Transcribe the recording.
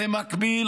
לכולם.